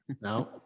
no